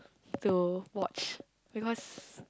to watch because